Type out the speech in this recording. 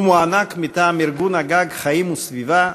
הוא מוענק מטעם ארגון הגג "חיים וסביבה"